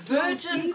virgin